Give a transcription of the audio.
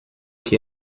que